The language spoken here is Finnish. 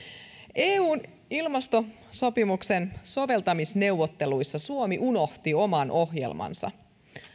eun ilmastosopimuksen soveltamisneuvotteluissa suomi unohti oman ohjelmansa